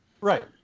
Right